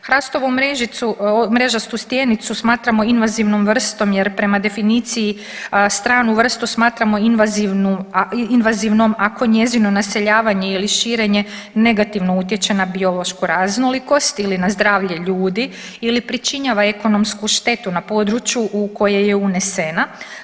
Hrastovu mrežicu, mrežastu stjenicu smatramo invazivnom vrstom jer prema definiciji stranu vrstu smatramo invazivnu, invazivnom ako njezino naseljavanje ili širenje negativno utječe na biološku raznolikost ili na zdravlje ljudi ili pričinjava ekonomsku štetu na području u koje je unesena.